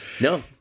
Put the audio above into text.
No